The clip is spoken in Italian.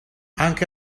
anche